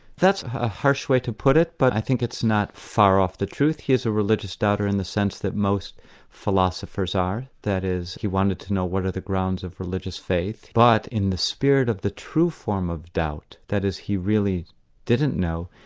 that's a harsh way to put it, but i think it's not far off the truth. here's a religious doubter in the sense that most philosophers are, that is, he wanted to know what are the grounds of religious faith. but in the spirit of the true form of doubt, that is, he really didn't know,